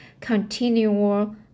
continual